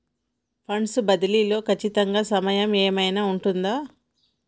Funds బదిలీ లో ఖచ్చిత సమయం ఏమైనా ఉంటుందా?